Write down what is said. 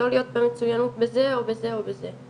לא להיות במצוינות בזה או בזה או בזה,